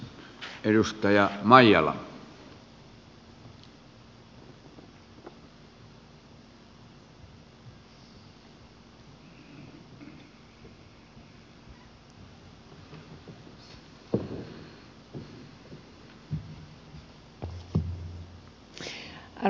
arvon puhemies